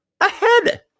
ahead